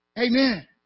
Amen